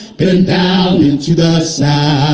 been down into the south.